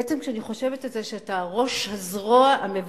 בעצם, כשאני חושבת על זה, אתה ראש הזרוע המבצעת